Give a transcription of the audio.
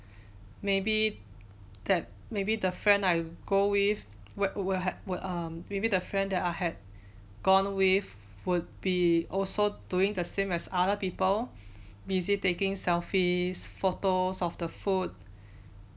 maybe that maybe the friend I go with wil~ ha~ um maybe the friend that I had gone with would be also doing the same as other people busy taking selfies photos of the food